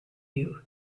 you